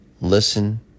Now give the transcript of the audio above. listen